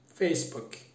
Facebook